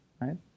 right